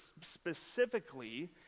specifically